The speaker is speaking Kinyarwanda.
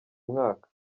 mwaka